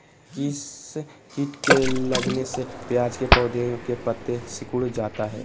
किस किट के लगने से प्याज के पौधे के पत्ते सिकुड़ जाता है?